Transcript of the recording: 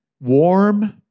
warm